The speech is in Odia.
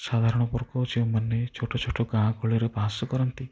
ସାଧାରଣବର୍ଗ ଯେଉଁମାନେ ଛୋଟ ଛୋଟ ଗାଁ ଗହଳିରେ ବାସ କରନ୍ତି